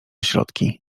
środki